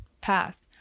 path